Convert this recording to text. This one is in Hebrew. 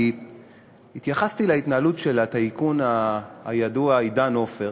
כי התייחסתי להתנהלות של הטייקון הידוע עידן עופר,